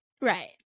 Right